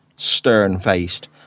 stern-faced